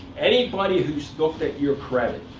anybody who's looked at your credit,